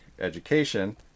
education